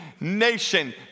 nation